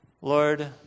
Lord